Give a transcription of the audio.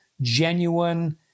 genuine